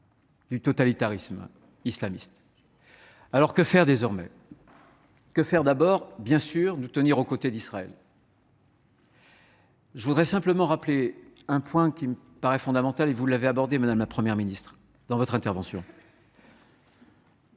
du totalitarisme islamiste. Alors que faire, désormais ? D’abord, bien sûr, nous tenir aux côtés d’Israël. Je soulignerai simplement un point qui me paraît fondamental et que vous avez abordé, madame la Première ministre, dans votre intervention.